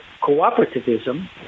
cooperativism